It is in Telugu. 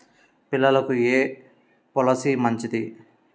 పిల్లలకు ఏ పొలసీ మంచిది?